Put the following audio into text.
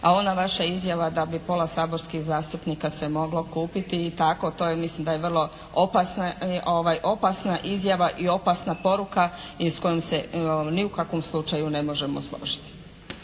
a ona vaša izjava da bi pola saborskih zastupnika se moglo kupiti i tako, to je mislim da je vrlo opasna izjava i opasna poruka i s kojom se ni u kakvom slučaju ne možemo složiti.